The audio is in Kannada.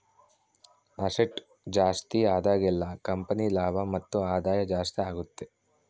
ಅಸೆಟ್ ಜಾಸ್ತಿ ಆದಾಗೆಲ್ಲ ಕಂಪನಿ ಲಾಭ ಮತ್ತು ಆದಾಯ ಜಾಸ್ತಿ ಆಗುತ್ತೆ